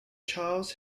charles